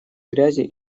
грязи